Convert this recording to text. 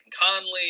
Conley